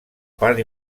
part